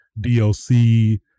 DLC